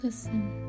Listen